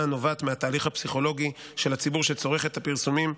הנובעת מהתהליך הפסיכולוגי של הציבור שצורך את הפרסומים,